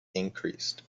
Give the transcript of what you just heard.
increased